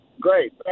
great